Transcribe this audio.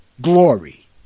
glory